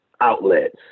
Outlets